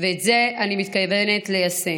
ואת זה אני מתכוונת ליישם.